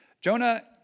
Jonah